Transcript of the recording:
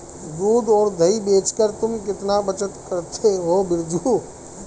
दूध और दही बेचकर तुम कितना बचत करते हो बिरजू?